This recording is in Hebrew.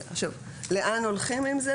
לאן הולכים עם זה?